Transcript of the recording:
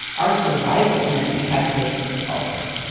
our survival meant that you had to pay attention to politics.